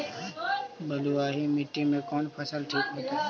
बलुआही मिट्टी में कौन फसल ठिक होतइ?